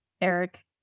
Eric